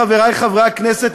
חברי חברי הכנסת,